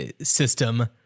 system